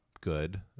good